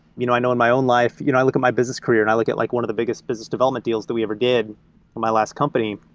you know i know in my own life you know i look at my business career and i look at like one of the biggest business development deals that we ever did in my last company.